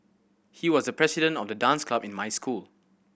he was president of the dance club in my school